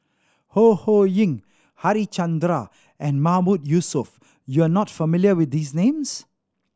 Ho Ho Ying Harichandra and Mahmood Yusof you are not familiar with these names